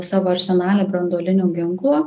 savo arsenale branduolinių ginklų